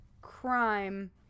crime